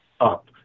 up